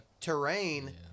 terrain